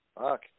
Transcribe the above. Fuck